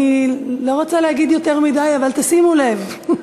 אני לא רוצה לומר יותר מדי, אבל תשימו לב.